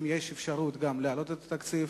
ואם יש אפשרות גם להעלות את התקציב,